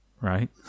right